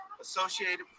associated